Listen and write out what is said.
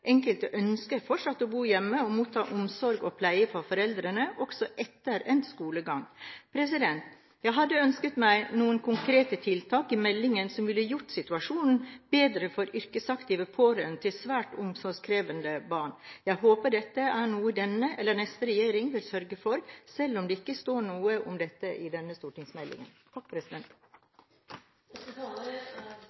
Enkelte ønsker å fortsette å bo hjemme og motta omsorg og pleie fra foreldrene, også etter endt skolegang. Jeg hadde ønsket meg noen konkrete tiltak i meldingen som hadde gjort situasjonen bedre for yrkesaktive pårørende til svært omsorgskrevende barn. Jeg håper dette er noe denne, eller neste, regjering vil sørge for, selv om det ikke står noe om dette i denne stortingsmeldingen.